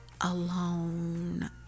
alone